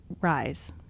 rise